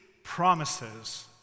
promises